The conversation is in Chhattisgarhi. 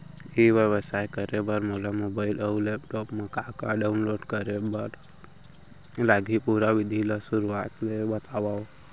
ई व्यवसाय करे बर मोला मोबाइल अऊ लैपटॉप मा का का डाऊनलोड करे बर लागही, पुरा विधि ला शुरुआत ले बतावव?